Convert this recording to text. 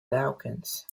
dawkins